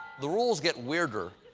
the rules get weirder.